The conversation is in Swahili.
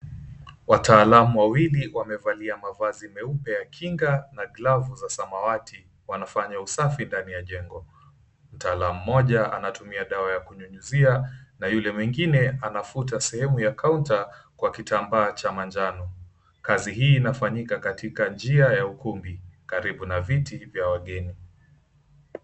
Wataalamu wawili wamevalia mavazi meupe ya kinga na glavu za samawati wanafanya usafi ndani ya jengo. Mtaalamu mmoja anatumia dawa ya kunyunyizia na yule mwengine anafuta sehemu ya kaunta kwa kitambaa 𝑐ℎa manjano. Kazi hii inafanyika katika njia ya ukumbi karibu na viti vya wageni.